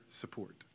support